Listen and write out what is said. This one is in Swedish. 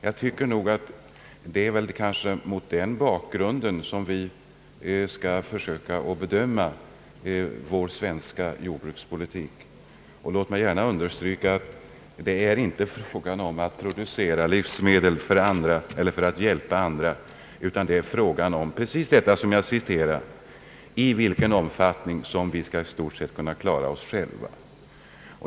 Jag tycker att det är just mot denna bakgrund som vi skall försöka att bedöma vår svenska jordbrukspolitik. Låt mig gärna understryka att det inte är fråga om att producera livsmedel för att hjälpa andra utan just det som jag tidigare anförde, nämligen i vilken utsträckning vi skall kunna klara oss själva.